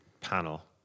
panel